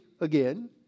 again